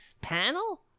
panel